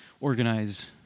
organize